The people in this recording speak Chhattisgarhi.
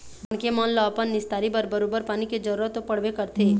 मनखे मन ल अपन निस्तारी बर बरोबर पानी के जरुरत तो पड़बे करथे